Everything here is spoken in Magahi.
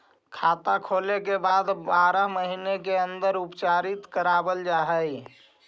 खाता खोले के बाद बारह महिने के अंदर उपचारित करवावल जा है?